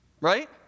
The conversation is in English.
right